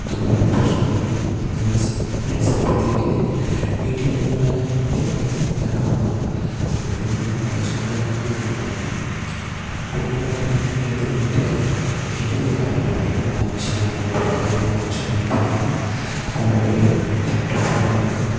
ഇപ്പം ദൂരം ഒരു പ്രശ്നം അല്ലെങ്കിൽ അങ്ങനെ ഒരു ഒരു സാമ്പത്തികം ഇല്ലെങ്കിൽ വീട്ടിൽ ഇരുന്നുകൊണ്ട് തന്നെ അവന് വിദ്യാഭ്യാസം നേടാവുന്നതാണ് സാങ്കേതികവിദ്യയുടെ വളർച്ച കൊണ്ട് തന്നെയാണ് ഇത് നടന്നത് തന്നെ പിന്നീട് പറയുകയാണെങ്കിൽ ഏതൊരു കുട്ടിക്കും ഏതൊരു കാര്യം അതായത് അവന് ആവശ്യമായി അവന് പഠിക്കാന് ആവശ്യമായ ഉപകരണങ്ങൾ ഫോൺ വഴിയോ ലാപ്ടോപ്പ് വഴിയോ അവന്